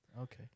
Okay